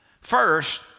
First